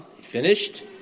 finished